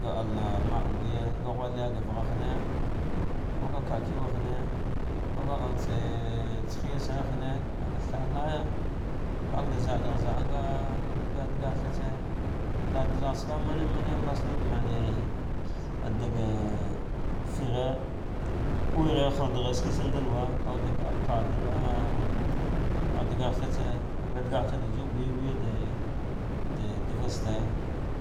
Ga allena makb nguye ga ghuthrak da vaghe koga kakiwa hane koga acltse hiya sane hine, kaka thallaya kukada zaaɗa ghar zanga anga da ghah that se zaɗa gha za, atsaka mane mane mbasanai wude ne dagh fighe kuwure ah halda gher shike tsan tsan da luwa kawud ka paldil dagah thatsa kaga dagahtse da ju guye gajayal yad de daveste